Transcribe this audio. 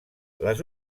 les